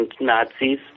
Nazis